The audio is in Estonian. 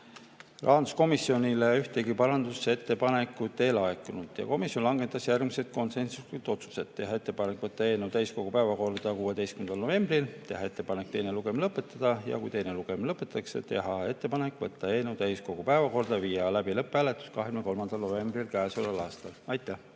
Rahanduskomisjonile ühtegi parandusettepanekut ei laekunud. Komisjon langetas järgmised konsensuslikud otsused: teha ettepanek võtta eelnõu täiskogu päevakorda 16. novembril, teha ettepanek teine lugemine lõpetada ja kui teine lugemine lõpetatakse, teha ettepanek võtta eelnõu täiskogu päevakorda ja viia läbi lõpphääletus 23. novembril käesoleval aastal. Aitäh!